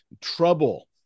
trouble